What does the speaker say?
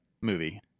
movie